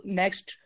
next